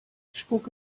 spuck